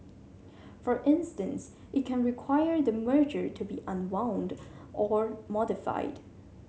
for instance it can require the merger to be unwound or modified